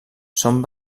són